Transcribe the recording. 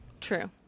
True